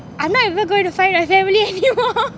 I'm not even going to find my family anymore